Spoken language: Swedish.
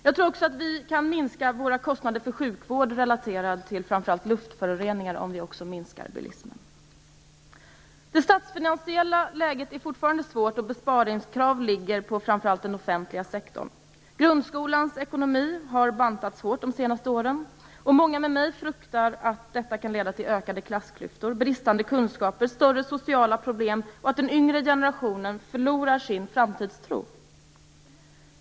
Jag tror också att vi kan sänka våra kostnader för sjukvård relaterad till framför allt luftföroreningar, om vi minskar bilismen. Det statsfinansiella läget är fortfarande svårt, och besparingskrav ställs på framför allt den offentliga sektorn. Grundskolans ekonomi har bantats hårt de senaste åren, och många med mig fruktar att detta kan leda till ökade klassklyftor, bristande kunskaper, större sociala problem och till att den yngre generationen förlorar sin framtidstro.